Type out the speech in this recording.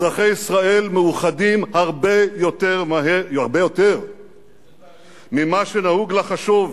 אזרחי ישראל מאוחדים הרבה יותר ממה שנהוג לחשוב,